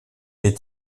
est